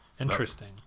interesting